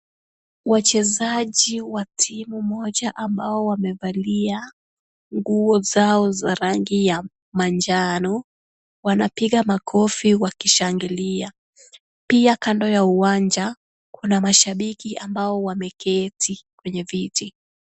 Wachezaji wa timu moja ambao wamevalia nguo zao za rangi ya manjano, wanapiga makofi wakishangilia. Pia kando ya uwanja, kuna mashabiki ambao wameketi kwenye viti.